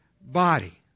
body